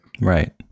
Right